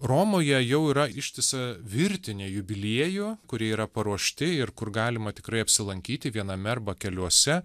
romoje jau yra ištisa virtinė jubiliejų kurie yra paruošti ir kur galima tikrai apsilankyti viename arba keliuose